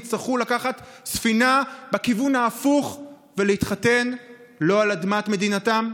יצטרכו לקחת ספינה בכיוון ההפוך ולהתחתן לא על אדמת מדינתם?